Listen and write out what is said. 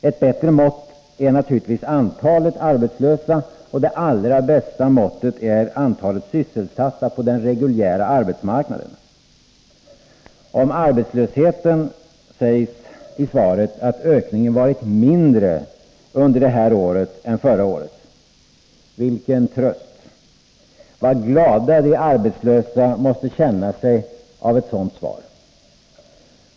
Ett bättre mått är naturligtvis antalet arbetslösa, och det allra bästa måttet är antalet sysselsatta på den reguljära arbetsmarknaden. Om arbetslösheten sägs i svaret att ökningen har varit mindre under det här året än under förra året. Vilken tröst! Vad glada de arbetslösa måste känna sig av ett sådant svar.